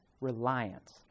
reliance